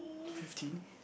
fifteen